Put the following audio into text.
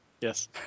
Yes